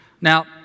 Now